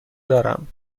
دارم